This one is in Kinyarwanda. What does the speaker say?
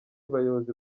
bayobozi